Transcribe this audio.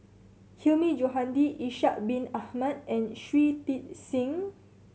Hilmi Johandi Ishak Bin Ahmad and Shui Tit Sing